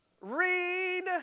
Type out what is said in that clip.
Read